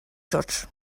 church